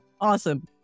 Awesome